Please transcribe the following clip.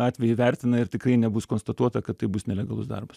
atvejį vertina ir tikrai nebus konstatuota kad tai bus nelegalus darbas